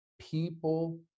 People